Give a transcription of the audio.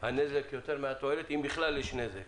שהנזק גדול מהתועלת, אם בכלל יש נזק.